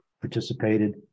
participated